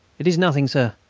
it is nothing, sir.